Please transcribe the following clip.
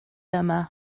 yma